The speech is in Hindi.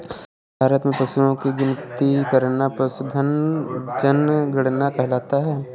भारत में पशुओं की गिनती करना पशुधन जनगणना कहलाता है